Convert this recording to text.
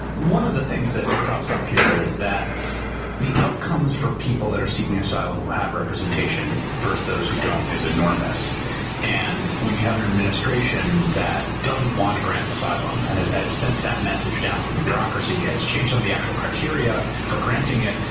one of the things that crops up here is that the outcomes for people that are seeking asylum who have representation versus those who don't is enormous and when you have an administration that doesn't want to grant asylum and have ah sent that message down through the bureaucracy, has changed some of the actual criteria for granting it,